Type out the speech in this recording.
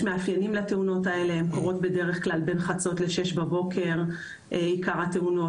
יש מאפיינים לתאונות האלה הן קורות לרוב בין חצות לשש בבוקר עיקר התאונות